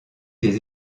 des